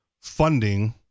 funding—